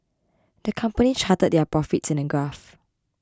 the company charted their profits in a graph